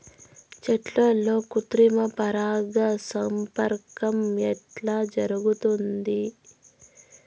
చెట్లల్లో కృత్రిమ పరాగ సంపర్కం ఎట్లా జరుగుతుంది?